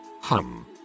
Hum